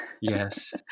Yes